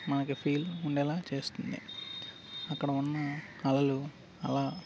మనకి ఫీల్ ఉండేలా చేస్తుంది అక్కడ ఉన్న అలలు అలా